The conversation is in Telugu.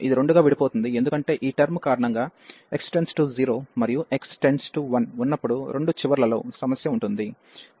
ఇది రెండుగా విడిపోతుంది ఎందుకంటే ఈ టర్మ్ కారణంగా x→0 మరియు x→1 ఉన్నప్పుడు రెండు చివర్లలో సమస్య ఉంటుంది